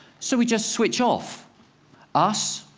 so we just switch off us,